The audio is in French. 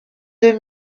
deux